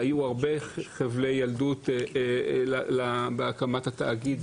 היו הרבה חבלי ילדות בהקמת התאגיד,